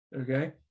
Okay